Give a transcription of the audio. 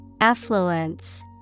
Affluence